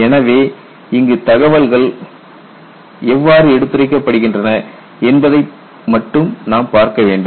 எனவே இங்கு தகவல்கள் எவ்வாறு எடுத்துரைக்கப்படுகின்றன என்பதை மட்டும் நாம் பார்க்க வேண்டும்